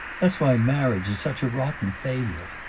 that's why marriage is such a rotten failure.